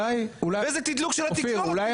איזה תדלוק של התקשורת.